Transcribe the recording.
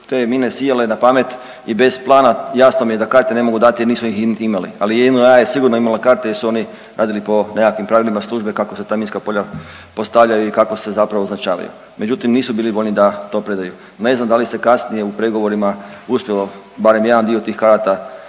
te mine sijale na pamet i bez plana jasno mi je da karte ne mogu dati, nisu ih niti imali. Ali JNA je sigurno imala karte jer su oni radili po nekakvim pravilima službe kako se ta minska polja postavljaju i kako se zapravo označavaju. Međutim, nisu bili voljni da to predaju. Ne znam da li se kasnije u pregovorima uspjelo barem jedan dio tih karata